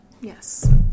yes